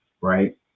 right